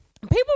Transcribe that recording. People